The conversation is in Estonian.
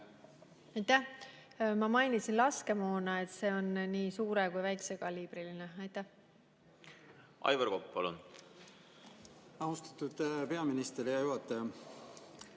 Ma mainisin laskemoona, et see on nii suure‑ kui ka väikesekaliibriline. Aivar Kokk, palun!